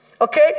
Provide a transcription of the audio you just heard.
Okay